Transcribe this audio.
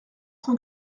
cent